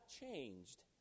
changed